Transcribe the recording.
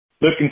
Looking